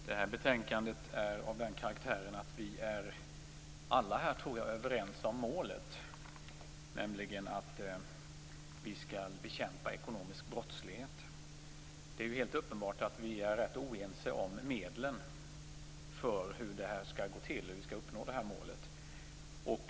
Herr talman! Det här betänkandet är av den karaktären att vi alla, tror jag, är överens om målet, nämligen att vi skall bekämpa ekonomisk brottslighet. Det är helt uppenbart att vi är rätt oense om medlen för hur det skall gå till, för hur vi skall uppnå målet.